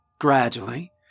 Gradually